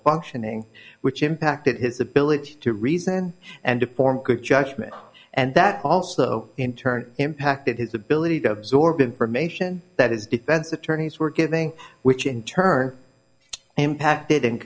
functioning which impacted his ability to reason and to form good judgment and that also in turn impacted his ability to absorb information that his defense attorneys were giving which in turn impacted